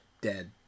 Dead